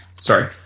Sorry